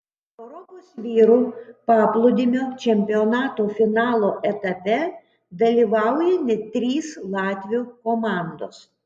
europos vyrų paplūdimio čempionato finalo etape dalyvauja net trys latvių komandos